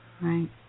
Right